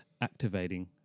activating